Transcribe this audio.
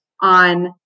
on